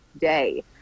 day